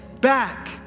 back